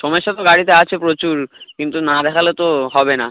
সমেস্যা তো গাড়িতে আছে প্রচুর কিন্তু না দেখালে তো হবে না